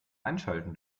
einschalten